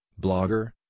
Blogger